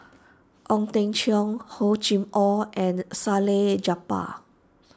Ong Teng Cheong Hor Chim or and Salleh Japar